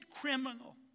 criminal